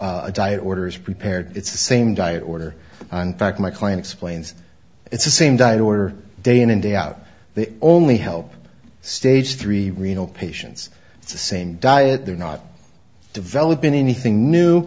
a diet order is prepared it's the same diet order and fact my client explains it's the same diet order day in and day out they only help stage three renal patients it's the same diet they're not developing anything new